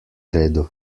redu